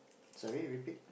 sorry repeat